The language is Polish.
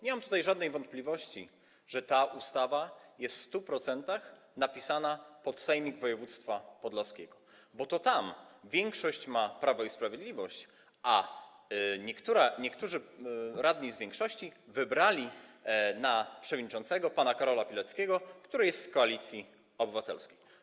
Nie mam żadnych wątpliwości, że ta ustawa jest w 100% napisana pod Sejmik Województwa Podlaskiego, bo to tam większość ma Prawo i Sprawiedliwość, a niektórzy radni z większości wybrali na przewodniczącego pana Karola Pileckiego, który jest z Koalicji Obywatelskiej.